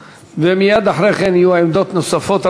מייד אחרי כן יהיו עמדות נוספות.